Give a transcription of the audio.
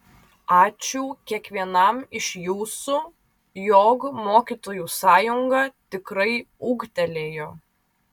ačiū kiekvienam iš jūsų jog mokytojų sąjunga tikrai ūgtelėjo